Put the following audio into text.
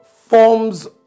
forms